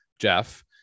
Jeff